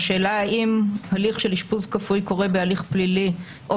השאלה האם הליך של אשפוז כפוי קורה בהליך פלילי או